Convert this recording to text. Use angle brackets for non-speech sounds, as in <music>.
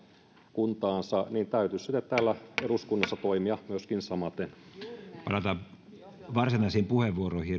kuntaansa niin täytyisi sitten täällä eduskunnassa toimia myöskin samaten palataan varsinaisiin puheenvuoroihin <unintelligible>